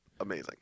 amazing